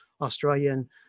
Australian